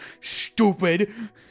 stupid